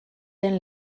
den